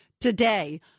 today